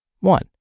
One